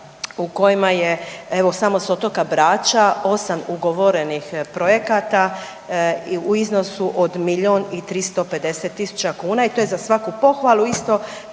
u kojima je evo samo s otoka Brača 8 ugovorenih projekata u iznosu od milijun i 350 tisuća kuna i to je za svaku pohvalu, isto